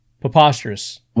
Preposterous